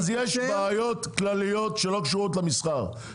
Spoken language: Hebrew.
אז יש בעיות כלליות שלא קשורות למסחר,